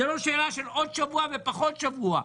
זו לא שאלה של עוד שבוע ופחות שבוע,